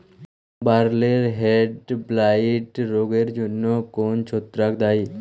বার্লির হেডব্লাইট রোগের জন্য কোন ছত্রাক দায়ী?